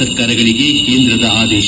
ಸರ್ಕಾರಗಳಿಗೆ ಕೇಂದ್ರದ ಆದೇಶ